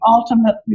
Ultimate